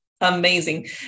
amazing